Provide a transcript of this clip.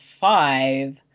five